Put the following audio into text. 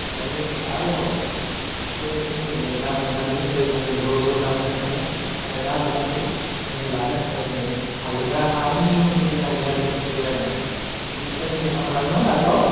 माब्लाबा जोङो आरोबाव बेबायदिनो जोङो ना बोननानै लोगोफोरजों ज' ज' ना बोननो थाङो आरो ना बोननानै जोङो लानो थाखाय जोङो हालदेंगा माने बे हालदेंगाजोंबो थुयो आरो ना बिनिफ्राय जोङो मा खालामो आरोबाव